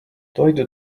toidu